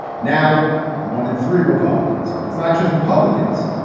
now one in three republicans. but it's not just republicans.